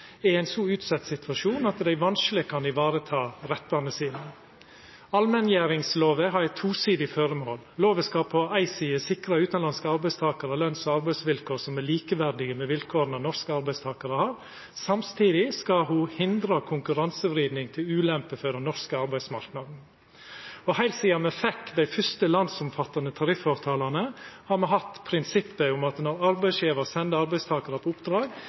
er i ein så utsett situasjon at dei vanskeleg kan vareta rettane sine. Allmenngjeringslova har eit tosidig føremål. Lova skal på ei side sikra utanlandske arbeidstakarar løns- og arbeidsvilkår som er likeverdige med vilkåra norske arbeidstakarar har. Samstundes skal ho hindra konkurransevriding til ulempe for den norske arbeidsmarknaden. Heilt sidan me fekk dei første landsomfattande tariffavtalene, har me hatt prinsippet om at når arbeidsgjevar sendar arbeidstakarar på oppdrag,